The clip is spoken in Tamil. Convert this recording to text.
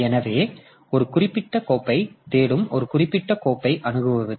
எனவே ஒரு குறிப்பிட்ட கோப்பைத் தேடும் ஒரு குறிப்பிட்ட கோப்பை அணுகுவது